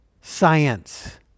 science